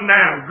now